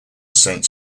saint